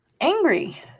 angry